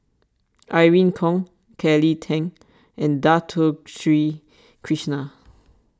Irene Khong Kelly Tang and Dato Sri Krishna